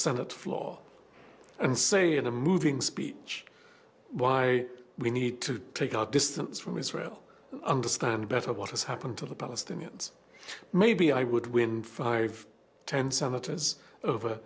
senate floor and say in a moving speech why we need to take our distance from israel understand better what has happened to the palestinians maybe i would wind five ten senators over